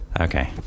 Okay